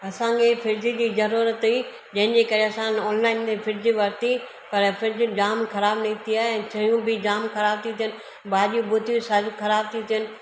असांखे फ्रिज जी ज़रूरत हुई जंहिंजे करे असां ऑनलाइन ते फ्रिज वरती पर फ्रिज जाम ख़राब निकिती आहे ऐं शयूं बि जाम ख़राब थियूं थियनि भाॼियूं भुॼियूं सारी ख़राब थयूं थियनि